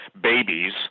babies